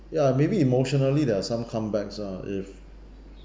ya maybe emotionally there are some comebacks ah if